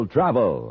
Travel